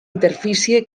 interfície